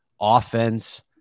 offense